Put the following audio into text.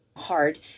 hard